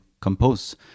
compose